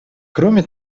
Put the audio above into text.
кроме